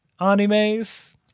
animes